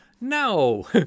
No